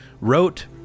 wrote